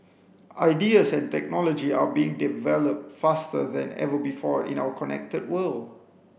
ideas and technology are being developed faster than ever before in our connected world